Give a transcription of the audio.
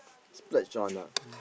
splurge on ah